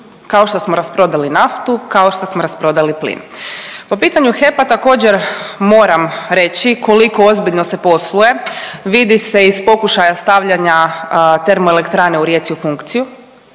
kao što smo rasprodali naftu, kao što smo rasprodali plin. Po pitanju HEP-a također moram reći koliko ozbiljno se posluje vidi se iz pokušaja stavljanja TE u Rijeci u funkciju